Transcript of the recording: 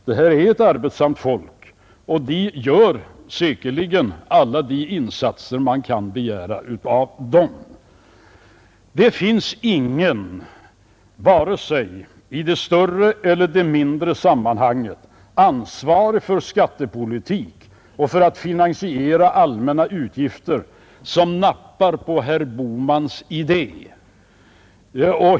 Vi har ett arbetsamt folk som säkerligen gör alla de insatser man kan begära av det. Det finns ingen ansvarig för skattepolitik eller för finansiering av allmänna utgifter, vare sig i det större eller i det mindre sammanhanget, som nappar på herr Bohmans idé.